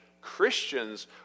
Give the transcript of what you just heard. Christians